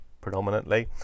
predominantly